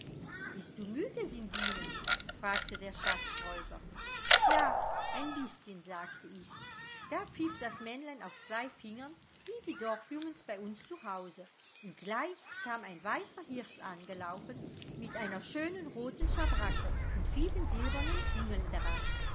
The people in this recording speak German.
bist du müde singine fragte der schatzhäuser ja ein bißchen sagte ich da pfiff das männlein auf zwei fingern wie die dorfjungens bei uns zu hause und gleich kam ein weißer hirsch angelaufen mit einer schönen roten schabracke und vielen silbernen klingeln dran